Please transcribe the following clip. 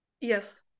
Yes